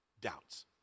doubts